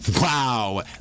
Wow